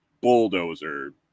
bulldozer